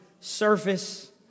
surface